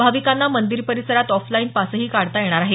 भाविकांना मंदिर परिसरात ऑफलाईन पासही काढता येणार आहेत